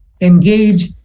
engage